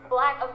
Black